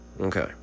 Okay